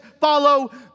Follow